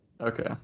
Okay